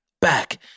back